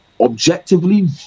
objectively